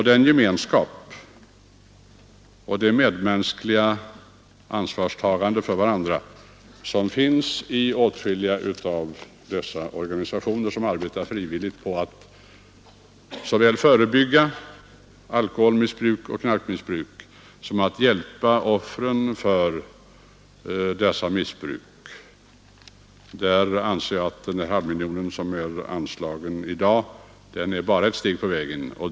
Den gemenskap och det medmänskliga ansvarstagande för andra som åtskilliga av de organisationer visat, vilka frivilligt arbetar på att såväl förebygga alkoholoch knarkmissbruk som att hjälpa offren för dessa missbruk är en tillgång som måste tas till vara. Den halvmiljon, som i dag kommer att anslås, utgör bara ett steg på vägen i hjälparbetet.